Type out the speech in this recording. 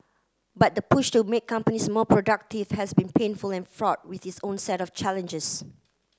but the push to make companies more productive has been painful and fraught with its own set of challenges